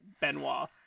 Benoit